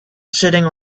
sitting